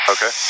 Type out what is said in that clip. Okay